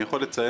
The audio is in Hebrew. אני יכול לציין,